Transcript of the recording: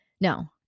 No